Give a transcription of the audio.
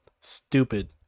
stupid